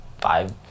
five